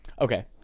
Okay